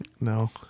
No